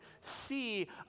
see